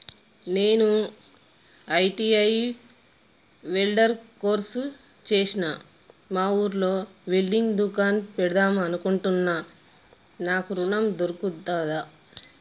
నేను ITI welder course చేశ్న మా ఊర్లో వెల్డింగ్ దుకాన్ పెడదాం అనుకుంటున్నా నాకు ఋణం దొర్కుతదా?